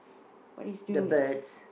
what is doing it